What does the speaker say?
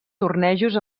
tornejos